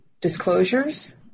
disclosures